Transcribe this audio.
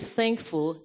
thankful